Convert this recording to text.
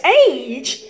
age